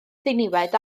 ddiniwed